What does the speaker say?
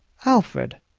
alfred,